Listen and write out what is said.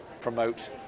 promote